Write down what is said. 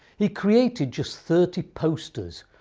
he created just thirty posters,